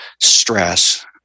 stress